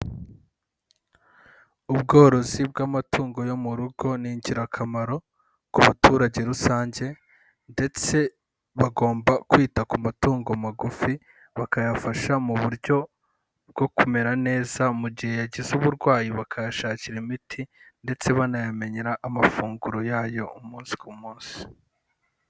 Ubworozi bw'amatungo yo mu rugo ni ingirakamaro ku baturage rusange ndetse bagomba kwita ku matungo magufi bakayafasha mu buryo bwo kumera neza, mu gihe yagize uburwayi bakayashakira imiti ndetse banayamenyera amafunguro yayo umunsi ku munsi.